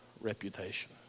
reputation